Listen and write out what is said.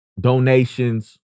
donations